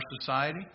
society